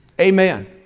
Amen